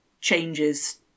changes